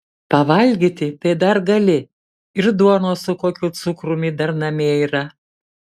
pavalgyti tai dar gali ir duonos su kokiu cukrumi dar namie yra